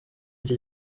iki